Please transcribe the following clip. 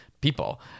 people